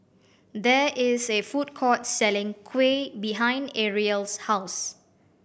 there is a food court selling kuih behind Ariel's house